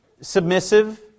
submissive